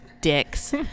dicks